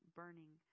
burning